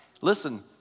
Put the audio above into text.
Listen